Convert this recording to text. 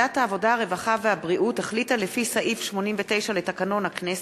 מסקנות ועדת הכספים בעקבות